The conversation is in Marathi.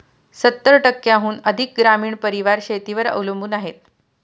सत्तर टक्क्यांहून अधिक ग्रामीण परिवार शेतीवर अवलंबून आहेत